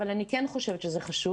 אבל אני כן חושבת שזה חשוב.